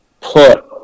put